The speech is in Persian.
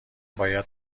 باید